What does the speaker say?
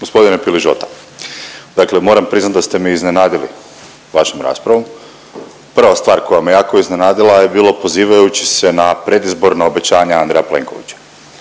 Gospodine Piližota, dakle moram priznat da ste me iznenadili vašom raspravom. Prva stvar koja me jako iznenadila je bilo pozivajući se na predizborna obećanja Andreja Plenkovića,